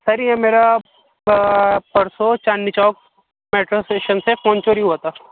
سر یہ میرا پا پرسوں چاندنی چوک میٹرو اسٹیشن سے فون چوری ہوا تھا